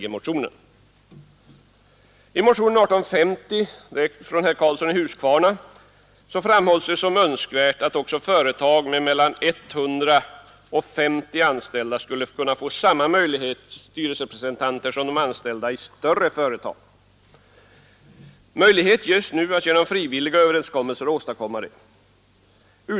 I motion 1850 av herr Karlsson i Huskvarna framhålls som önskvärt att också företag med mellan 100 och 50 anställda får samma möjlighet till styrelserepresentation för de anställda som större företag. Möjlighet ges nu att genom frivilliga överenskommelser åstadkomma detta.